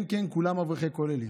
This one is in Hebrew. כן, כן, כולם אברכי כוללים.